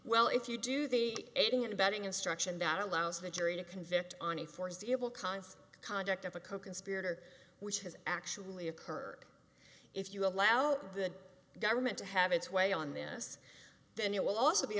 well if you do the aiding and abetting instruction that allows the jury to convict on a foreseeable const conduct of a coconspirator which has actually occurred if you allow the government to have its way on this then you will also be